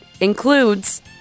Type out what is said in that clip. includes